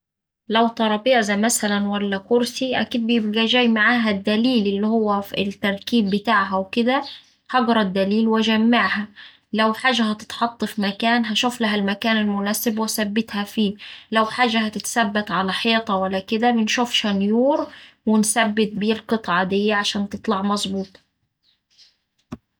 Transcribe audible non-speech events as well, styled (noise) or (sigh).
لو ترابيزة مثلا ولا كرسي أكيد بيبقا جاي معاها الدليل اللي هو ال (hesitation) التركيب بتاعها وكدا هقرا الدليل وأجمعها. لو حاجة هتتحط في مكان هشوفلها المكان المناسب وأثبتها فيه، لو حاجة هتتثبت على حيطة ولا كدا هشوف شانيور ونثبت بيه القطعة دية عشان تطلع مظبوطة.